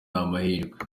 amahirwe